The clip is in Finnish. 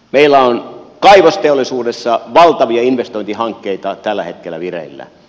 meillä on kaivosteollisuudessa valtavia investointihankkeita tällä hetkellä vireillä